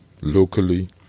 locally